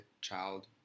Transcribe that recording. child